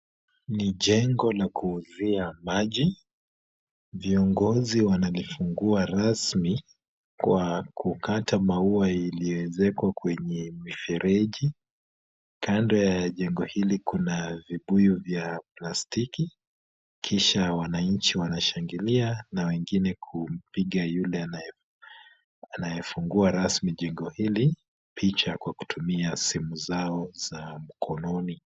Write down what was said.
Ni jengo la kuuzia maji. Viongozi wanalifungua rasmi kwa kukata maua iliyoezekwa kwenye mifereji . Kando ya jengo hili kuna vibuyu vya plastiki, kisha wananchi wanashangilia na wengine kumpiga yule anayefungua rasmi jengo hili picha kwa kutumia simu zao za mkononi.